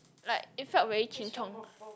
like it felt very Ching Chong